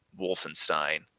Wolfenstein